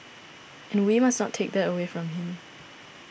and we must not take that away from him